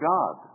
God